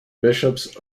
bishops